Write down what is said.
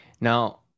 Now